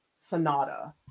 sonata